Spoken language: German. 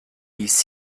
ist